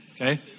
Okay